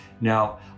Now